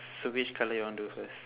so which colour you want do first